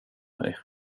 mig